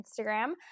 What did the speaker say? Instagram